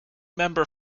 member